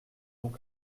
donc